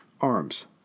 arms